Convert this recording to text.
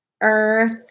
earth